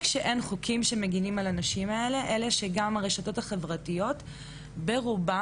גם לא מודעות לקונטקסט של תמונה מסויימת בתוך הקשר חברתי.